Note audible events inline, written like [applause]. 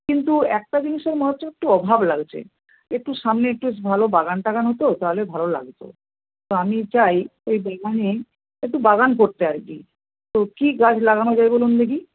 কিন্তু একটা জিনিসের মনে হচ্ছে একটু অভাব লাগছে একটু সামনে একটু বেশ ভালো বাগান টাগান হতো তাহলে ভালো লাগত তো আমি চাই ওই [unintelligible] একটু বাগান করতে আর কি তো কী গাছ লাগানো যায় বলুন দেখি